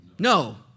No